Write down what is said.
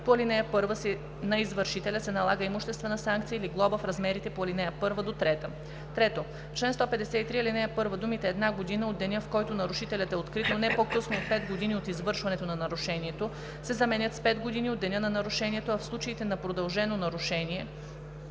по ал. 1, на извършителя се налага имуществена санкция или глоба в размерите по ал. 1 – 3.“ 3. В чл. 153, ал. 1 думите „една година от деня, в който нарушителят е открит, но не по-късно от 5 години от извършването на нарушението“ се заменят с „пет години от деня на нарушението, а в случаите на продължено нарушение,